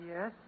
Yes